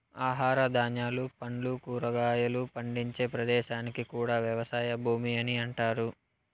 ఆహార ధాన్యాలు, పండ్లు, కూరగాయలు పండించే ప్రదేశాన్ని కూడా వ్యవసాయ భూమి అని అంటారు